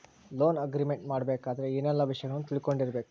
Loan agreement ಮಾಡ್ಬೆಕಾದ್ರ ಏನೆಲ್ಲಾ ವಿಷಯಗಳನ್ನ ತಿಳ್ಕೊಂಡಿರ್ಬೆಕು?